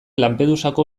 lampedusako